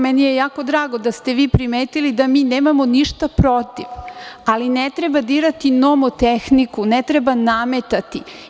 Meni je jako drago da ste vi primetili da mi nemamo ništa protiv, ali ne treba dirati nomotehniku, ne treba nametati.